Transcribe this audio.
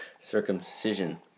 Circumcision